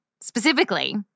specifically